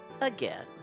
Again